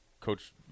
Coach